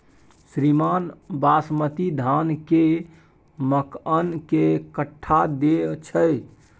श्रीमान बासमती धान कैए मअन के कट्ठा दैय छैय?